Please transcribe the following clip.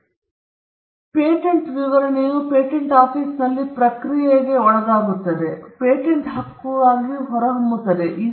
ಪೇಟೆಂಟ್ನಲ್ಲಿ patent ವಿವರಣೆಯನ್ನು ಕರೆಯುವ ಮೂಲಕ ಅದನ್ನು ಬರೆಯಲಾಗುತ್ತದೆ ಮತ್ತು ಈ ಪೇಟೆಂಟ್ ವಿವರಣೆಯು ಪೇಟೆಂಟ್ ಆಫೀಸ್ನಲ್ಲಿ ನಾವು ಪೇಟೆಂಟ್ ಆಫೀಸ್ಗೆ ಕರೆಯುವ ಪ್ರಕ್ರಿಯೆಗೆ ಒಳಗಾಗುತ್ತದೆ ಮತ್ತು ಪೇಟೆಂಟ್ ಹಕ್ಕುಯಾಗಿ ಹೊರಹೊಮ್ಮುತ್ತದೆ